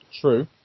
true